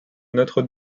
notre